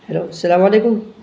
hello السلام وعلیکم